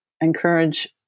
encourage